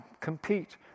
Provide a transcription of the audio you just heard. compete